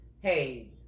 hey